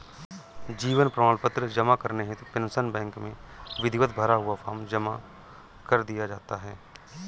जीवन प्रमाण पत्र जमा करने हेतु पेंशन बैंक में विधिवत भरा हुआ फॉर्म जमा कर दिया जाता है